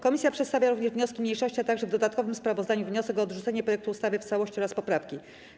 Komisja przedstawia również wnioski mniejszości, a także w dodatkowym sprawozdaniu wniosek o odrzucenie projektu ustawy w całości oraz poprawki.